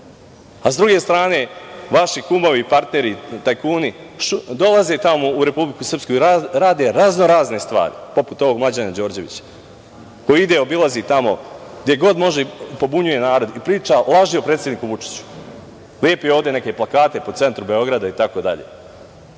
druge strane, vaši kumovi, partneri, tajkuni, dolaze tamo u Republiku Srpsku i rade raznorazne stvari, poput ovog Mlađena Đorđevića, koji ide, obilazi tamo gde god može, pobunjuje narod i priča laži o predsedniku Vučiću. Ovde lepi neke plakate po centru Beograda itd.